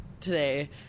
today